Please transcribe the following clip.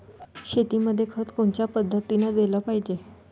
शेतीमंदी खत कोनच्या पद्धतीने देलं पाहिजे?